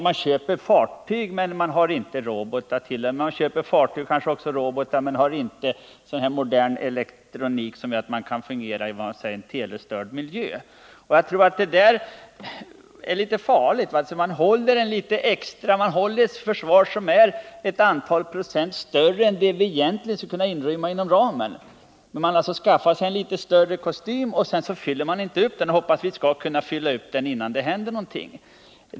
Man köper fartyg men har inte robotar till dem — eller man köper kanske också robotar men har inte sådan modern elektronik som gör att systemet kan fungera i en telestörd miljö. Jag tycker att detta är litet farligt — att man håller ett försvar som är vissa procent större än vad vi egentligen skulle kunna inrymma inom ramen. Man har alltså skaffat sig en litet större kostym, och så fyller man inte upp den utan hoppas att vi skall kunna fylla upp den innan det händer någonting.